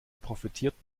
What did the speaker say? profitiert